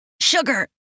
Sugar